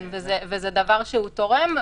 זה דבר שתורם.